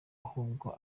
ahubwo